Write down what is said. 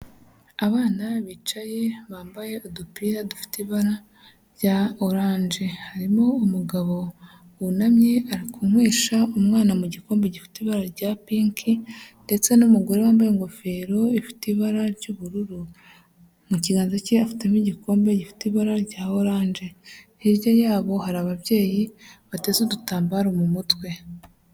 Abana bicaye bambaye udupira dufite ibara rya orange harimo umugabo wunamye arikuywesha umwana mu gikombe gifite ibara rya pink ndetse n'umugore wambaye ingofero ifite ibara ry'ubururu, mu kiganza cye afitemo igikombe gifite ibara rya orange hirya yabo hari ababyeyi bateze udutambaro mu mutwe.